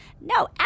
No